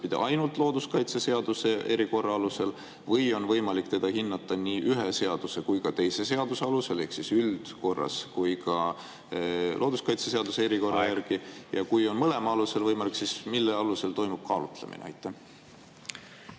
edaspidi ainult looduskaitseseaduse erikorra alusel või on võimalik hinnata nii ühe seaduse kui ka teise seaduse alusel ehk nii üldkorras kui ka looduskaitseseaduse erikorra järgi? Aeg! Kui see on mõlema alusel võimalik, siis mille alusel toimub kaalutlemine?